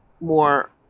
more